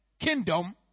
kingdom